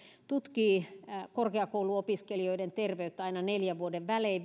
tutkii korkeakouluopiskelijoiden terveyttä aina neljän vuoden välein